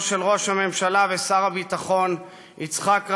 של ראש הממשלה ושר הביטחון יצחק רבין,